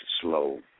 slow